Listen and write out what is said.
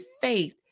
faith